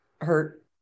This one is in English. hurt